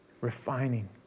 refining